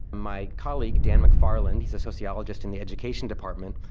my colleague, dan mcfarland, he's a sociologist in the education department,